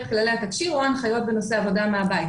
כללי התקשי"ר או ההנחיות בנושא עבודה מהבית.